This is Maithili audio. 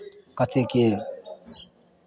कतेकके